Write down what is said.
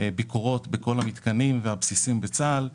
ביקורות בכל המתקנים והבסיסים בצה"ל.